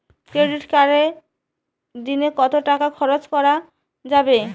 Credit কার্ডে দিনে কত টাকা খরচ করা যাবে?